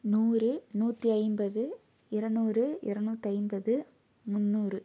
நூறு நூற்றி ஐம்பது இரநூறு இரநூற்றைம்பது முன்னூறு